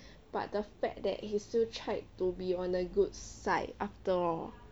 but the fact that he still tried to be on the good side after all